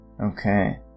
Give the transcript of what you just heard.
Okay